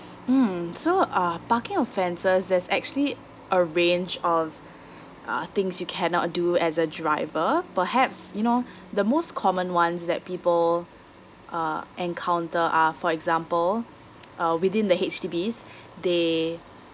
mmhmm so uh parking offences there's actually a range of uh things you cannot do as a driver perhaps you know the most common ones that people uh encounter are for example uh within the H_D_B they